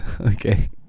Okay